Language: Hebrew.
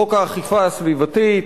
חוק האכיפה הסביבתית,